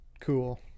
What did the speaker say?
cool